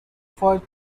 for